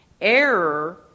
Error